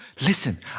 Listen